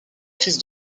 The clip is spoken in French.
crise